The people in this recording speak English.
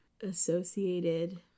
associated